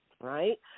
right